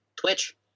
twitch